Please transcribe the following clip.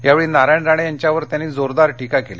यावेळी नारायण राणे यांच्यावर त्यांनी जोरदार टीका केली